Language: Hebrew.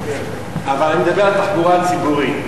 אבל אני מדבר על התחבורה הציבורית,